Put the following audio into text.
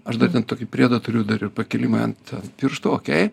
aš dar ten tokį priedą turiu dar ir pakilimai ant ant pirštų okei